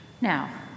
Now